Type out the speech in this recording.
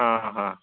ହଁ ହଁ